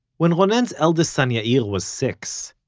when ronen's eldest son, yair, yeah was six,